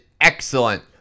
excellent